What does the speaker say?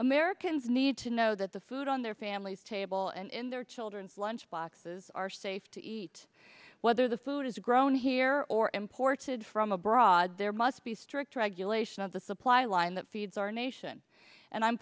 americans need to know that the food on their family's table and their children's lunch boxes are safe to eat whether the food is grown here or imported from abroad there must be strict regulation of the supply line that feeds our nation and i'm